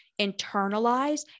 internalize